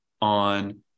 on